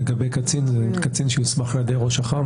לגבי קצין שיוסמך על ידי ראש אח"מ,